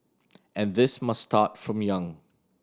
and this must start from young